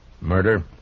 Murder